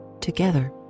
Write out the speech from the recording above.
together